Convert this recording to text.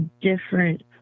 different